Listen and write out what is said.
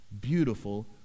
Beautiful